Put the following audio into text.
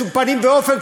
בשום פנים ואופן,